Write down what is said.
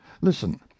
listen